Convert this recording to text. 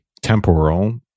temporal